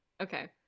Okay